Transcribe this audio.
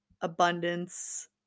abundance